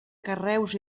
carreus